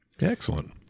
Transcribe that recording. excellent